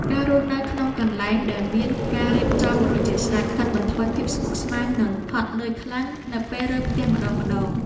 ការរស់នៅក្នុងកន្លែងដែលមានការរៀបចំរួចជាស្រេចកាត់បន្ថយភាពស្មុគស្មាញនិងហត់នឿយខ្លាំងនៅពេលរើផ្ទះម្តងៗ។